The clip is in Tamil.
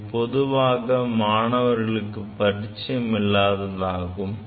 இது பொதுவாக மாணவர்களுக்கு பரிட்சயம் இல்லாததாகும்